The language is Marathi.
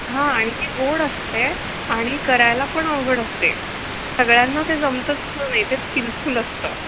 हां आणि ते गोड असते आणि करायला पण अवघड असते सगळ्यांना ते जमतच नाही ते स्किलफुल असतं